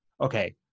okay